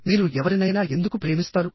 మీరు ఎవరినైనా ఎందుకు ప్రేమిస్తారు